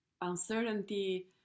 Uncertainty